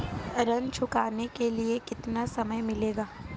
ऋण चुकाने के लिए कितना समय मिलेगा?